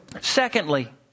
Secondly